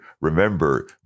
remember